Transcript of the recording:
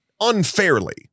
unfairly